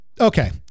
okay